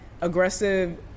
aggressive